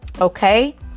okay